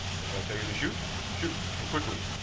if i tell you to shoot shoot, and quickly.